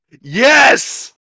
Yes